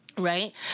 Right